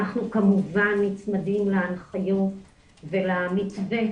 אנחנו כמובן נצמדים להנחיות ולמתווה,